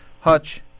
Hutch